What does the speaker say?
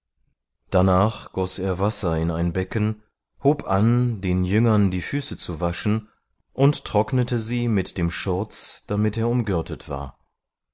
darnach goß er wasser in ein becken hob an den jüngern die füße zu waschen und trocknete sie mit dem schurz damit er umgürtet war